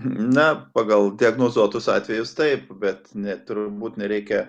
na pagal diagnozuotus atvejus taip bet net turbūt nereikia